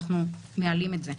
אנחנו מעלים את זה.